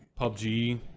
PUBG